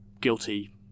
guilty